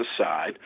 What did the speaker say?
aside